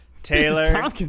Taylor